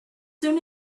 soon